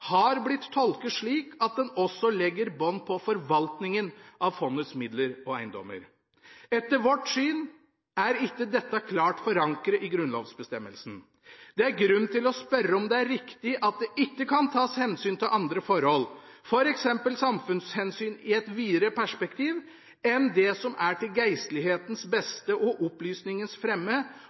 har blitt tolket slik at den også legger bånd på forvaltningen av fondets midler og eiendommer. Etter vårt syn er dette ikke klart forankret i grunnlovsbestemmelsen. Det er grunn til å spørre om det er riktig at det ikke kan tas hensyn til andre forhold – f.eks. samfunnshensyn i et videre perspektiv – enn det som er til «Geistlighedens Bedste og Oplysningens Fremme»